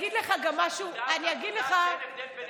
אין הבדל בין